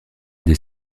des